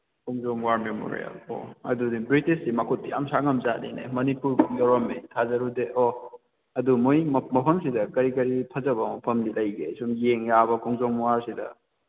ꯈꯣꯡꯖꯣꯝ war memorial ꯑꯣ ꯑꯗꯨꯗꯤ ꯕ꯭ꯔꯤꯇꯤꯁꯇꯤ ꯃꯈꯨꯠꯇꯤ ꯌꯥꯝ ꯁꯥꯡꯉꯝꯖꯥꯠꯅꯤꯅꯦ ꯃꯅꯤꯄꯨꯔꯕꯨꯛ ꯌꯧꯔꯝꯃꯦ ꯊꯥꯖꯔꯨꯗꯦ ꯑꯣ ꯑꯗꯨ ꯃꯣꯏ ꯃꯐꯝꯁꯤꯗ ꯀꯔꯤ ꯀꯔꯤ ꯐꯖꯕ ꯃꯐꯝꯗꯤ ꯂꯩꯒꯦ ꯁꯨꯝ ꯌꯦꯡ ꯌꯥꯕ ꯈꯣꯡꯖꯣꯝ ꯋꯥꯔꯁꯤꯗ